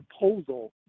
proposal